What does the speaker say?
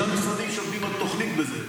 יש שישה משרדים שעובדים על תוכנית בזה.